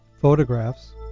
Photographs